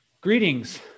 Greetings